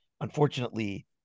Unfortunately